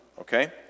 Okay